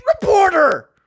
reporter